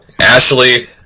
Ashley